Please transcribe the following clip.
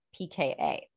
pKa